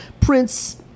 Prince